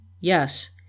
Yes